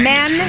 Men